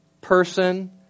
person